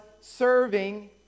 serving